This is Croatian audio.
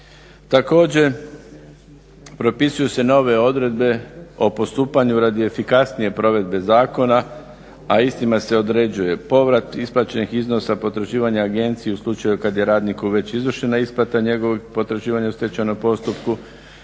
Također, propisuju se nove odredbe o postupanju radi efikasnije provedbe zakona, a istima se određuje povrat isplaćenih iznosa potraživanja agencije u slučaju kad je radniku već izvršena isplata njegovih potraživanja u stečajnom postupku,